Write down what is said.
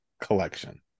collection